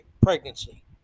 pregnancy